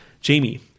Jamie